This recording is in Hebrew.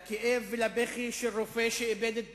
לכאב ולבכי של רופא שאיבד את בנותיו,